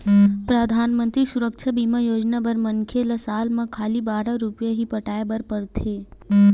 परधानमंतरी सुरक्छा बीमा योजना बर मनखे ल साल म खाली बारह रूपिया ही पटाए बर परथे